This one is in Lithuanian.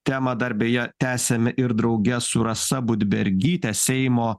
temą dar beje tęsim ir drauge su rasa budbergyte seimo